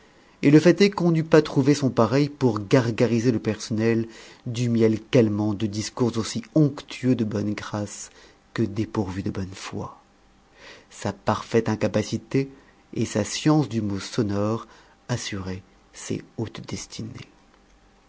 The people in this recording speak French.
et le fait est qu'on n'eût pas trouvé son pareil pour gargariser le personnel du miel calmant de discours aussi onctueux de bonne grâce que dépourvus de bonne foi sa parfaite et sa science du mot sonore assuraient ses hautes destinées